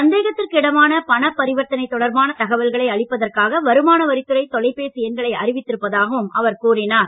சந்தேகத்திற்கிடமான பணப்பரிவர்த்தனை தொடர்பான தகவல்களை அளிப்பதற்காக வருவமானவரித்துறை தொலைபேசி எண்களை அறிவித்திருப்பதாகவும் அவர் கூறினார்